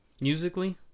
Musically